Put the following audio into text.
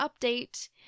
update